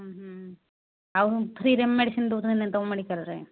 ଆଉ ମୁଁ ଫ୍ରିରେ ମେଡ଼ିସିନ୍ ଦେଉଛନ୍ତି କି ନାଇଁ ମେଡ଼ିକାଲରେ